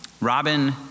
Robin